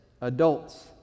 adults